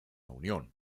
unión